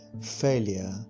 failure